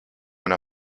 una